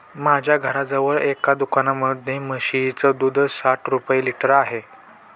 माझ्या घराजवळ एका दुकानामध्ये म्हशीचं दूध साठ रुपये लिटर आहे